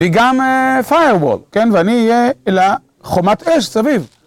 וגם firewall, כן? ואני אהיה לה חומת אש סביב.